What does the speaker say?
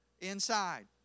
inside